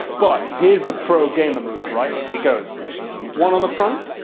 but here's the pro-gamer move, right, it goes one on the front,